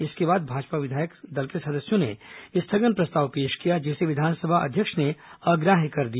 इसके बाद भाजपा विधायक दल के सदस्यों ने स्थगन प्रस्ताव पेश किया जिसे विधानसभा अध्यक्ष ने अग्राहृय कर दिया